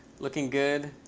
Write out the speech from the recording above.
looking good,